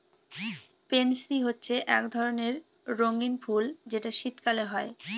pansy হচ্ছে এক ধরণের রঙ্গীন ফুল যেটা শীতকালে হয়